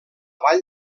vall